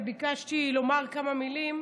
וביקשתי לומר כמה מילים.